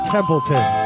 Templeton